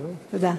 תודה.